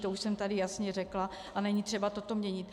To už jsem tady jasně řekla a není třeba to v tom měnit.